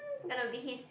gonna be his